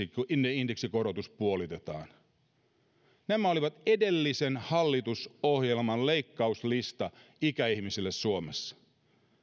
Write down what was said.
indeksikorotus puolitetaan tämä oli edellisen hallitusohjelman leikkauslista ikäihmisille suomessa